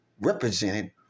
represented